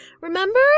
Remember